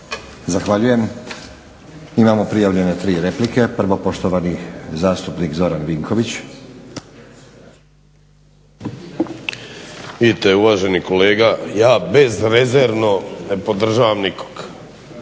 Zahvaljujem. Imamo prijavljene tri replike. Prvo poštovani zastupnik Zoran Vinković. **Vinković, Zoran (HDSSB)** Vidite uvaženi kolega ja bezrezervno ne podržavam nikog,